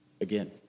again